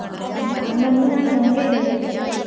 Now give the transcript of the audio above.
ಹಂಗೆ ಹಾಗಂದ್ರೆ ನಾನು ನಿಮಗೇ ಹೇಳ್ತೀನಿ